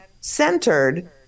centered